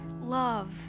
love